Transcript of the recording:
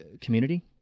community